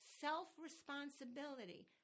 Self-responsibility